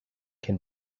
can